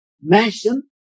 mention